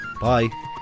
Bye